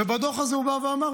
ובדוח הזה הוא בא ואמר,